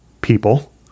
people